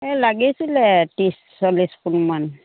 এই লাগিছিল ত্ৰিছ চল্লিছ পোণমাণ